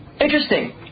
Interesting